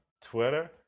twitter